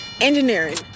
Engineering